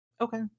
Okay